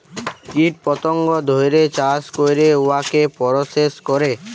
কীট পতঙ্গ ধ্যইরে চাষ ক্যইরে উয়াকে পরসেস ক্যরে